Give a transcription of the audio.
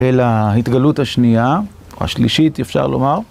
אל ההתגלות השנייה, או השלישית, אפשר לומר.